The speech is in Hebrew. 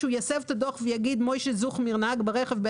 איך נדע.